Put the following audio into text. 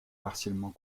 partiellement